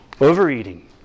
Overeating